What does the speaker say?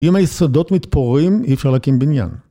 אם היסודות מתפוררים אי אפשר להקים בניין.